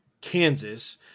Kansas